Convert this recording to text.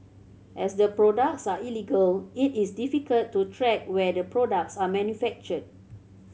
as the products are illegal it is difficult to track where the products are manufactured